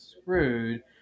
screwed